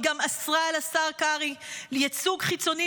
היא גם אסרה על השר קרעי ייצוג חיצוני,